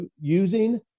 using